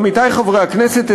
עמיתי חברי הכנסת,